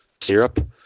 syrup